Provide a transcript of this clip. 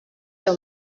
iyo